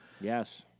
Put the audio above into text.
Yes